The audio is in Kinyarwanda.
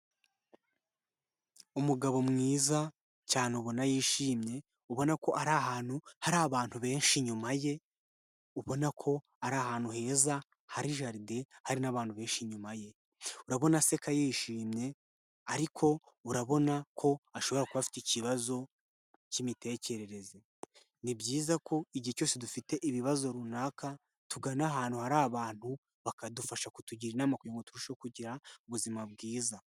Umugabo mwiza cyane ubona yishimye. Ubona ko ari ahantu hari abantu benshi inyuma ye. Ubona ko ari ahantu heza hari jaride, hari n'abantu benshi inyuma ye. Urabona aseka yishimye ariko urabona ko ashobora kuba afite ikibazo cy'imitekerereze. Ni byiza ko igihe cyose dufite ibibazo runaka tugana ahantu hari abantu bakadufasha kutugira inama kugira ngo turusheho kugira ubuzima bwiza.